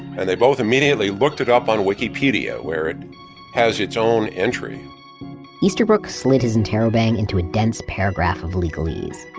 and they both immediately looked it up on wikipedia where it has its own entry easterbrook slid his interrobang into a dense paragraph of legalese.